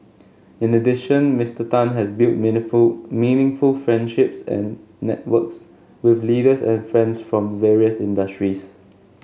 in addition Mister Tan has built meaningful meaningful friendships and networks with leaders and friends from various industries